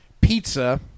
pizza